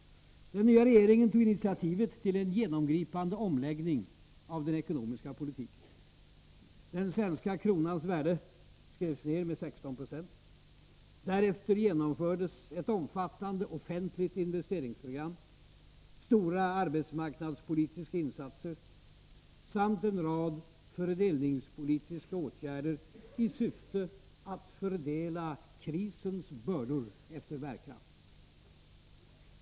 Den nya regeringen tog initiativet till en genomgripande omläggning av den ekonomiska politiken. Den svenska kronans värde skrevs ned med 16 Zo. Därefter genomfördes ett omfattande offentligt investeringsprogram, stora arbetsmarknadspolitiska insatser samt en rad fördelningspolitiska åtgärder i syfte att fördela krisens bördor efter bärkraft.